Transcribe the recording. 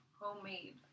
homemade